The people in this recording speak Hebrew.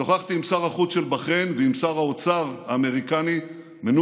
שוחחתי עם שר החוץ של בחריין ועם שר האוצר האמריקני מנושין,